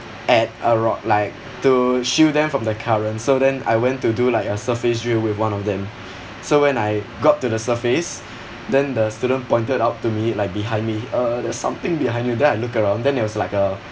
at a rock like to shield them from the current so then I went to do like a surface drill with one of them so when I got to the surface then the student pointed out to me like behind me uh there's something behind you then I look around then it was like a